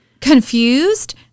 confused